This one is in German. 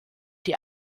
die